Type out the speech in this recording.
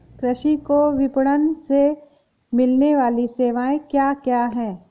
कृषि को विपणन से मिलने वाली सेवाएँ क्या क्या है